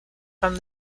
from